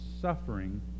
suffering